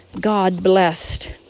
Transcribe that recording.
God-blessed